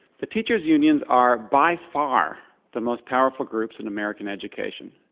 the teachers unions are by far the most powerful groups in american education.